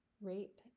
rape